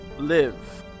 Live